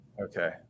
Okay